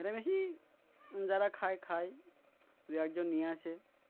এরা বেশি যারা খায় খায় দুই একজন নিয়ে আসে